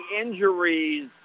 injuries